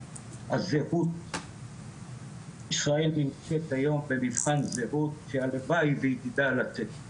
הזהות ישראל נמצאת היום במבחן זהות שהלוואי והיא תדע לתת ,